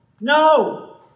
no